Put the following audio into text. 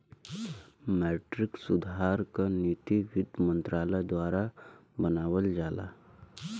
मौद्रिक सुधार क नीति वित्त मंत्रालय द्वारा बनावल जाला